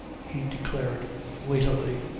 he declared weightily.